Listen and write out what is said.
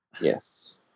yes